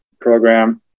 program